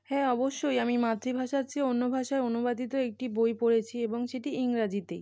হ্যাঁ অবশ্যই আমি মাতৃভাষার চেয়ে অন্য ভাষায় অনুবাদিত একটি বই পড়েছি এবং সেটি ইংরাজিতেই